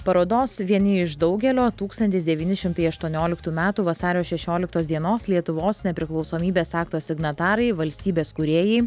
parodos vieni iš daugelio tūkstantis devyni šimtai aštuonioliktų metų vasario šešioliktos dienos lietuvos nepriklausomybės akto signatarai valstybės kūrėjai